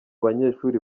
banyeshuri